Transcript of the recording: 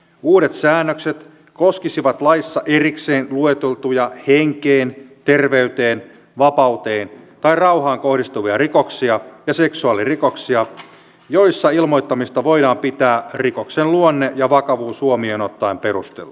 uudet säännökset koskisivat laissa erikseen lueteltuja henkeen terveyteen vapauteen tai rauhaan kohdistuvia rikoksia ja seksuaalirikoksia joissa ilmoittamista voidaan pitää rikoksen luonne ja vakavuus huomioon ottaen perusteltuna